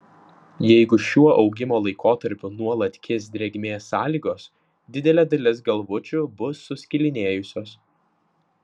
jeigu šiuo augimo laikotarpiu nuolat kis drėgmės sąlygos didelė dalis galvučių bus suskilinėjusios